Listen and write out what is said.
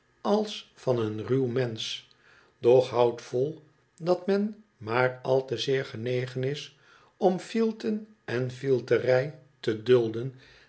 als van een ruw mensch doch houd vol dat men maar al te zeer genegen is om fielten en fielten te dulden